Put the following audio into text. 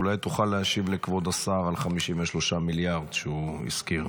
אולי תוכל להשיב לכבוד השר על 53 מיליארד שהוא הזכיר.